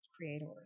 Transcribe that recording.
creators